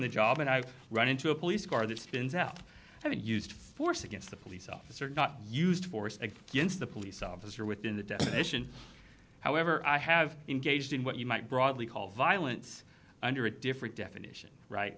the job and i've run into a police car that spins out having used force against the police officer not used force against the police officer within the definition however i have engaged in what you might broadly call violence under a different definition